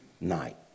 night